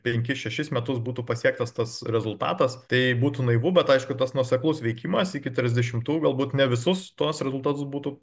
penkis šešis metus būtų pasiektas tas rezultatas tai būtų naivu bet aišku tas nuoseklus veikimas iki trisdešimtų galbūt ne visus tuos rezultatus būtų